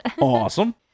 Awesome